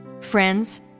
Friends